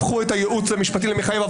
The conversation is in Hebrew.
הפכו את הייעוץ המשפטי למחייב.